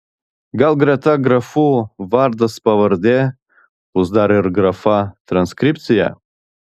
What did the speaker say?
gal greta grafų vardas pavardė bus dar ir grafa transkripcija